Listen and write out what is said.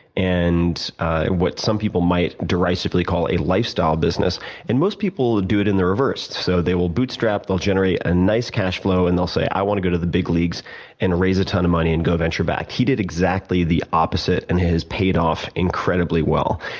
and what some people might derisively call a lifestyle business and most people do it in the revers. so, they will boot strap, they will generate a nice cash flow, and they will say i want to go to the big leagues and raise a ton of money and go venture backed. he did exactly the opposite and has paid off incredibly well.